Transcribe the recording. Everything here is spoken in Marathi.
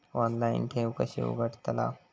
ऑनलाइन ठेव कशी उघडतलाव?